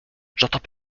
j’entends